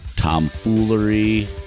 tomfoolery